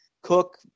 cook